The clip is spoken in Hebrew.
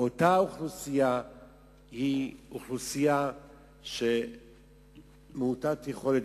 אותה אוכלוסייה היא אוכלוסייה מעוטת יכולת.